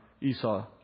Esau